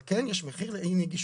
אבל כן יש מחיר לאי נגישות.